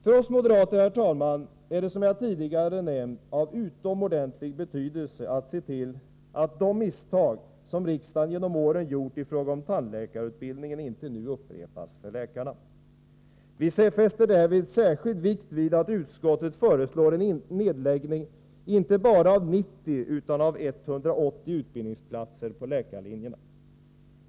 För oss moderater är det som jag tidigare nämnt av utomordentlig betydelse att se till att de misstag som riksdagen genom åren gjort i fråga om tandläkarutbildningen nu inte upprepas när det gäller läkarna. Vi fäster därför särskild vikt vid att utskottet föreslår en nedläggning inte bara av 90 utan av 180 utbildningsplatser på läkarlinjerna.